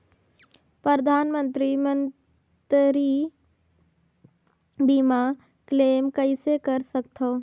परधानमंतरी मंतरी बीमा क्लेम कइसे कर सकथव?